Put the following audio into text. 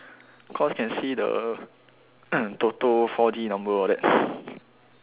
cause can see the Toto four D number all that